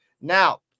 Now